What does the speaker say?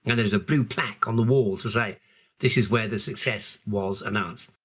and there's a blue plaque on the wall to say this is where the success was announced.